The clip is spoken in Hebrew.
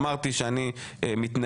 אמרתי שאני מתנער.